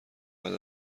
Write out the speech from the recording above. بعد